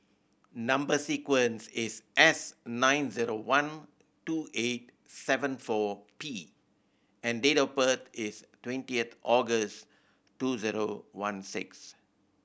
number sequence is S nine zero one two eight seven four P and date of birth is twenty August two zero one six